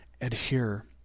adhere